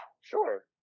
Sure